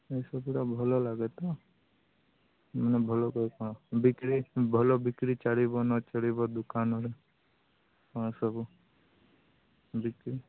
ଏଇ ସବୁଟା ଭଲ ଲାଗେ ତ ମାନେ ଭଲ ସବୁ କ'ଣ ମାନେ ବିକ୍ରୀ ଭଲ ବିକ୍ରୀ ଚାଳିବ ନ ଚାଳିବ ଦୋକାନରେ ହଁ ସବୁ ବିକ୍ରୀ